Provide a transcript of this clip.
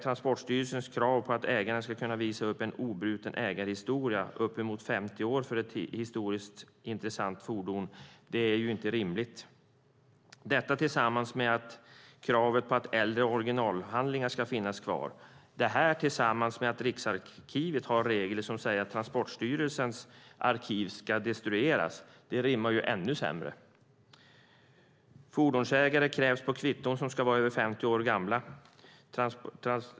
Transportstyrelsens krav på att ägaren ska kunna visa upp en obruten ägarhistoria på uppemot 50 år för ett historiskt intressant fordon är inte rimligt. Det finns krav på att äldre originalhandlingar ska finnas kvar. Det här tillsammans med att Riksarkivet har regler som säger att Transportstyrelsens arkiv ska destrueras rimmar ännu sämre. Fordonsägare krävs på kvitton som ska vara över 50 år gamla.